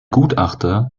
gutachter